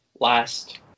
last